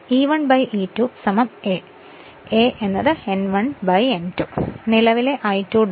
E1 E2 a a എന്നത് N1 N2 ആണ്